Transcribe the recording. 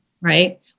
right